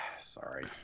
Sorry